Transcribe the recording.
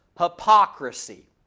Hypocrisy